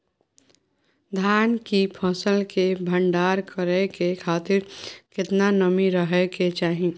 धान की फसल के भंडार करै के खातिर केतना नमी रहै के चाही?